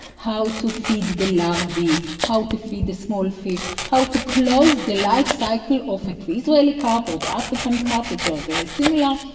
how to feed the larvae, how to feed the small fish, how to close the life cycle of like the israeli carp or the african carp, which are very similar,